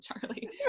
Charlie